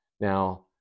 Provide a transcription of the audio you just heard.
Now